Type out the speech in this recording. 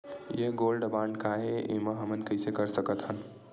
ये gold bond काय ए एमा हमन कइसे कर सकत हव?